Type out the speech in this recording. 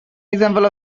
example